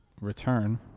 return